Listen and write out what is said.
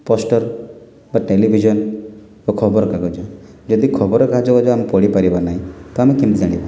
poster ବା television ଓ ଖବରକାଗଜ ଯଦି ଖବରକାଗଜ ଆମେ ପଢ଼ି ପାରିବା ନାହିଁ ତ ଆମେ କେମିତି ଜାଣିବା